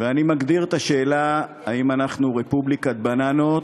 ואני מגדיר את השאלה: האם אנחנו רפובליקת בננות,